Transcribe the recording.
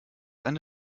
eine